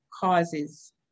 causes